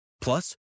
Plus